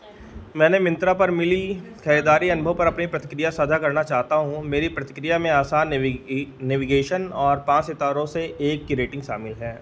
मैं मिंत्रा पर मिली खरीददारी अनुभव पर अपनी प्रतिक्रिया साझा करना चाहता हूँ मेरी प्रतिक्रिया में आसान नेविगे नेविगेशन और पाँच सितारों में से एक की रेटिंग शामिल है